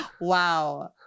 wow